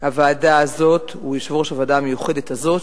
הוא יושב-ראש הוועדה המיוחדת הזאת,